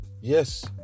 Yes